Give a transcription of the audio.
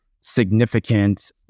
significant